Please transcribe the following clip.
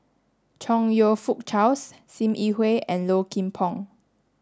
Chong You Fook Charles Sim Yi Hui and Low Kim Pong